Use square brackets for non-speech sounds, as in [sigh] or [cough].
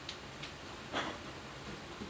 [laughs]